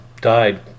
died